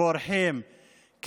בורחים,